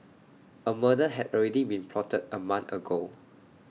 A murder had already been plotted A month ago